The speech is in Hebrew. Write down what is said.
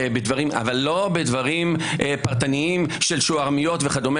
אבל לא בדברים פרטניים של דוכני שווארמה וכדומה,